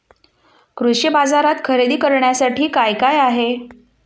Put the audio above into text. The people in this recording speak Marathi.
कृषी बाजारात खरेदी करण्यासाठी काय काय आहे?